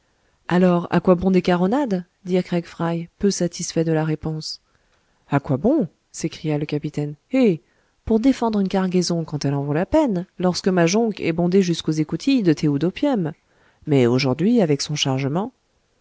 alors à quoi bon des caronades dirent craig fry peu satisfaits de la réponse a quoi bon s'écria le capitaine eh pour défendre une cargaison quand elle en vaut la peine lorsque ma jonque est bondée jusqu'aux écoutilles de thé ou d'opium mais aujourd'hui avec son chargement